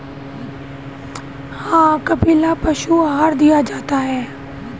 उत्तर भारत में गाय और भैंसों को कपिला पशु आहार दिया जाता है